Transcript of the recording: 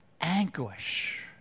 anguish